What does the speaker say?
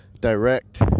direct